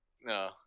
No